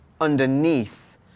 underneath